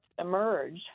emerge